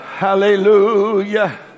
Hallelujah